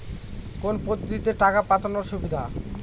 কোন পদ্ধতিতে টাকা পাঠানো সুবিধা?